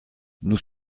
nous